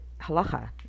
Halacha